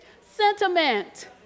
Sentiment